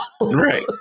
Right